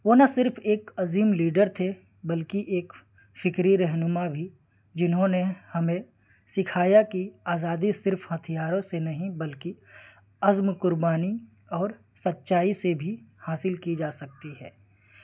وہ نہ صرف ایک عظیم لیڈر تھے بلکہ ایک فکری رہنما بھی جنہوں نے ہمیں سکھایا کی آزادی صرف ہتھیاروں سے نہیں بلکہ عزم قربانی اور سچائی سے بھی حاصل کی جا سکتی ہے